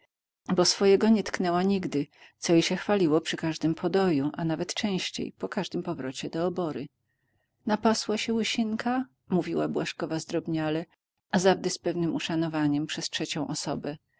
bo swojego nie tknęła nigdy co jej się chwaliło przy każdym podoju a nawet częściej po każdym powrocie do obory napasła sie łysinka mówiła błażkowa zdrobniale a zawdy z pewnem uszanowaniem przez trzecią osobę